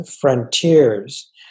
frontiers